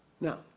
Now